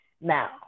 Now